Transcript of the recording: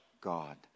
God